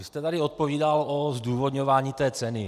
Vy jste tady odpovídal o zdůvodňování té ceny.